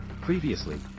Previously